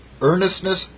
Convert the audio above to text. earnestness